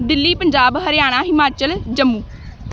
Delhi Punjab Haryana Himachal Jammu